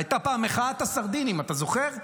הייתה פעם מחאת הסרדינים, אתה זוכר?